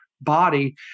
body